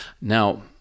Now